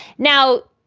now,